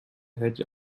hedge